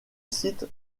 site